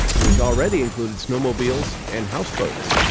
which already included snowmobiles and houseboats.